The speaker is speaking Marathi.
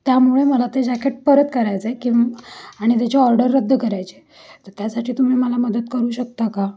त्यामुळे मला ते जॅकेट परत करायचं आहे किंवा आणि त्याचे ऑर्डर रद्द करायचे आहे तर त्यासाठी तुम्ही मला मदत करू शकता का